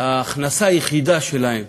ההכנסה היחידה שלהם,